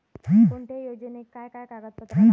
कोणत्याही योजनेक काय काय कागदपत्र लागतत?